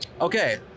Okay